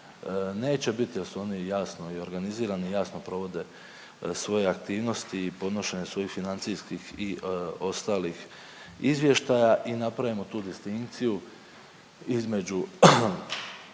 neće biti jer su oni jasno i organizirani, jasno provode svoje aktivnosti i podnošenje svojih financijskih i ostalih izvještaja i napravimo tu distinkciju između